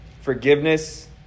forgiveness